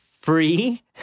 free